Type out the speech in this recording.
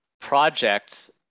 project